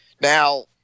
Now